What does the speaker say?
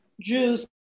Jews